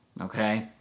Okay